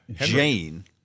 Jane